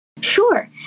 Sure